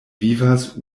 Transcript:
vivas